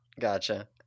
Gotcha